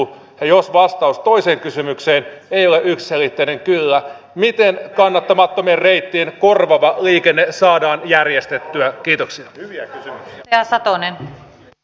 ja jos vastaus toiseen kysymykseen ei ole yksiselitteinen kyllä miten kannattamattomien reittien korvaava liikenne saadaan järjestettyä kiitokset hyviä ja satonen e